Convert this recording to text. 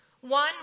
One